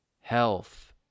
health